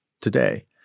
today